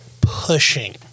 pushing